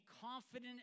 confident